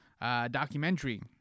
documentary